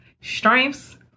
strengths